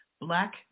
Black